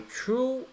true